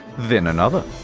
then another,